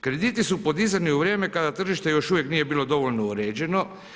Krediti su podizani u vrijeme kada tržište još uvijek nije bilo dovoljno uređeno.